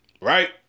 right